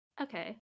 Okay